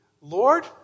Lord